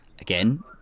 again